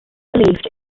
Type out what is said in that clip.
believed